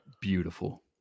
beautiful